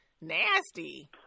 nasty